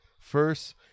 First